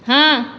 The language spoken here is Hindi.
हाँ